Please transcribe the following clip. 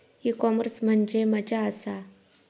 E commerce म्हणजे मझ्या आसा?